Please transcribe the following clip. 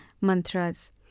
mantras